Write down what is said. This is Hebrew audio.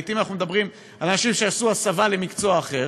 לעתים אנחנו מדברים על אנשים שעשו הסבה למקצוע אחר,